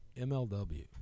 MLW